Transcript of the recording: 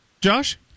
Josh